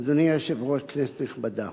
אדוני היושב-ראש, כנסת נכבדה,